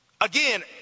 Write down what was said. Again